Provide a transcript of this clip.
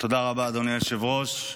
תודה רבה, אדוני היושב-ראש.